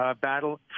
battle